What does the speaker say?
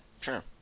Sure